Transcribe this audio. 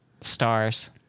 stars